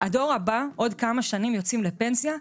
הדור הבא בעוד כמה שנים יוצאים לפנסיה,